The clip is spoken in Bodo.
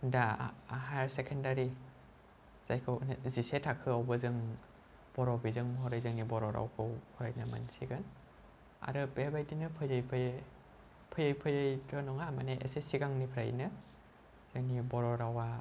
दा हाइयार सेकेन्डारि जायखौ जिसे थाखोआवबो जों बर' बिजों महरै जोंनि बर' रावखौ फरायनो मोनसिगोन आरो बे बायदिनो फैयै फैयै फैयै फैयै थ' नङा माने एसे सिगांनिफ्रायनो जोंनि बर' रावा